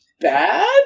bad